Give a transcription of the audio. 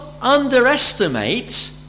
underestimate